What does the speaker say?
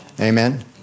Amen